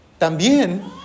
también